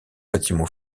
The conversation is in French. bâtiment